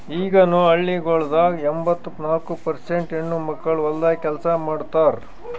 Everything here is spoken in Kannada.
ಈಗನು ಹಳ್ಳಿಗೊಳ್ದಾಗ್ ಎಂಬತ್ತ ನಾಲ್ಕು ಪರ್ಸೇಂಟ್ ಹೆಣ್ಣುಮಕ್ಕಳು ಹೊಲ್ದಾಗ್ ಕೆಲಸ ಮಾಡ್ತಾರ್